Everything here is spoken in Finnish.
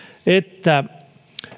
että